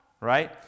right